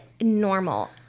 normal